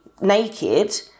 naked